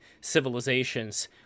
civilizations